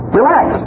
relax